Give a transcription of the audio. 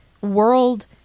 world